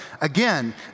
again